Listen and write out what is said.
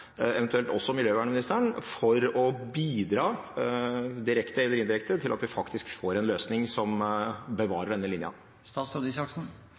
eventuelt også miljøministeren, for å bidra direkte eller indirekte til at vi faktisk får en løsning som bevarer denne linja?